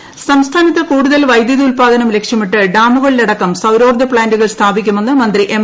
മണി മലപ്പുറം സംസ്ഥാനത്ത് കൂടുതൽ വൈദ്യുതി ഉൽപ്പാദനം ലക്ഷ്യമിട്ട് ഡാമുകളിലടക്കം സൌരോർജ പ്ലാന്റുകൾ സ്ഥാപിക്കുമെന്ന് മന്ത്രി എം